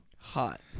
Hot